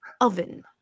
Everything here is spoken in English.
oven